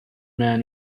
man